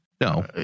No